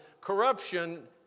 corruption